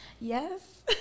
Yes